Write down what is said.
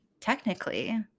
technically